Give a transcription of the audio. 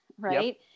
right